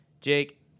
Jake